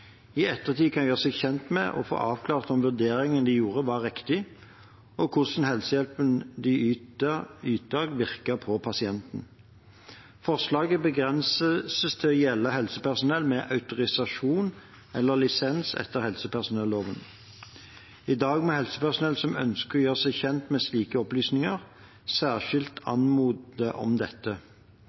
i ettertid kan gjøre seg kjent med og få avklart om vurderingene de gjorde, var riktige, og hvordan helsehjelpen de ytte, virket på pasienten. Forslaget begrenses til å gjelde helsepersonell med autorisasjon eller lisens etter helsepersonelloven. I dag må helsepersonell som ønsker å gjøre seg kjent med slike opplysninger, særskilt anmode om dette.